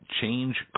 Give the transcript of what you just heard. Change